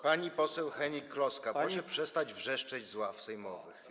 Pani poseł Hennig-Kloska, proszę przestać wrzeszczeć z ław sejmowych.